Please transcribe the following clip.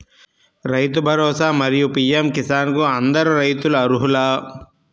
రైతు భరోసా, మరియు పీ.ఎం కిసాన్ కు అందరు రైతులు అర్హులా?